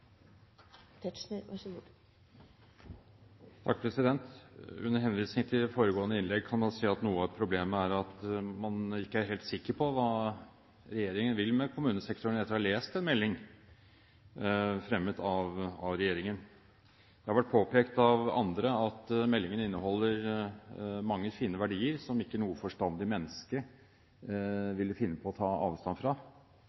at man ikke er helt sikker på hva regjeringen vil med kommunesektoren, etter å ha lest meldingen fremmet av regjeringen. Det har vært påpekt av andre at meldingen inneholder mange fine verdier som ikke noe forstandig menneske ville finne på å ta avstand fra.